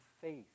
faith